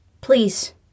Please